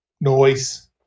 Noise